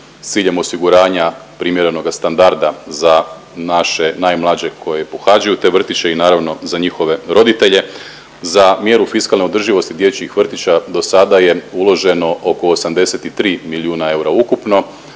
s ciljem osiguranja primjerenoga standarda za naše najmlađe koji pohađaju te vrtiće i naravno za njihove roditelje. Za mjeru fiskalne održivosti dječjih vrtića dosada je uloženo oko 83 milijuna eura ukupno,